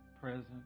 present